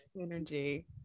energy